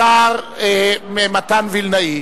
השר מתן וילנאי.